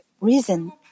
reason